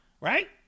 Right